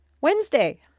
Wednesday